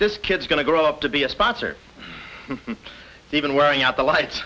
this kid's going to grow up to be a sponsor even wearing out the light